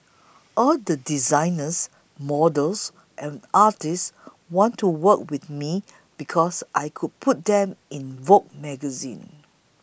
all the designers models and artists wanted to work with me because I could put them in Vogue magazine